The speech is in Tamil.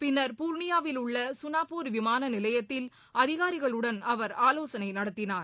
பின்னர் புர்ணியாவில் உள்ள கனாப்பூர் விமான நிலையத்தில் அதிகாரிகளுடன் அவர் ஆலோசனை நடத்தினார்